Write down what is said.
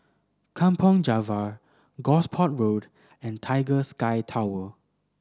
Kampong Java Gosport Road and Tiger Sky Tower